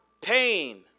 Pain